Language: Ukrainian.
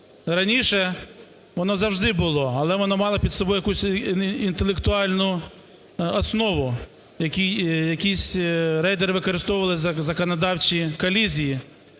раніше воно завжди було, але воно мало під собою якусь інтелектуальну основу, якісь рейдери використовували законодавчі колізії,